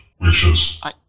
wishes